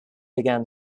began